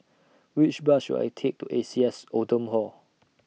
Which Bus should I Take to A C S Oldham Hall